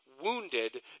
wounded